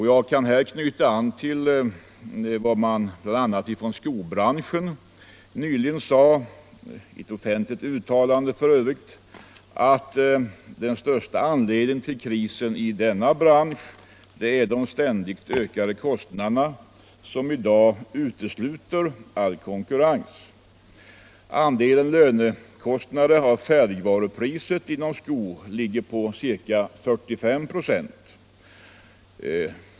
Jag kan här knyta an till vad man nyligen offentligt uttalat från skobranschen, nämligen att den största anledningen till kriser i denna bransch är de ständigt ökande kostnaderna, som i dag utesluter all konkurrens. Andelen lönekostnader av färdigvarupriset ligger på ca 45 96 inom skobranschen.